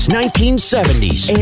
1970s